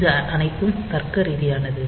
இது அனைத்தும் தர்க்கரீதியானது